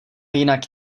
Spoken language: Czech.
jinak